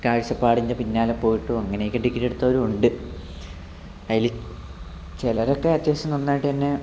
കാഴ്ചപ്പാടിന്റെ പിന്നാലെ പോയിട്ടും അങ്ങനെയൊക്കെ ഡിഗ്രി എടുത്തവരും ഉണ്ട് അതില് ചിലരൊക്കെ അത്യാവശ്യം നന്നായിട്ട് തന്നെ